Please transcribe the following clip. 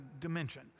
dimension